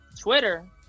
Twitter